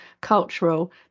cultural